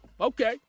okay